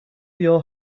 your